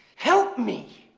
help me,